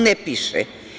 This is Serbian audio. Ne piše.